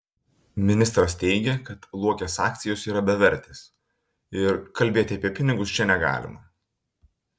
ministras teigė kad luokės akcijos yra bevertės ir kalbėti apie pinigus čia negalima